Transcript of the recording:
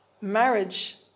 marriage